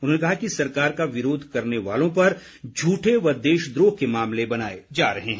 उन्होंने कहा कि सरकार का विरोध करने वालों पर झूठे व देशद्रोह के मामले बनाए जा रहे हैं